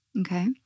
Okay